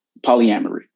polyamory